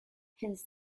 hence